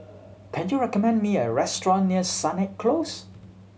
can you recommend me a restaurant near Sennett Close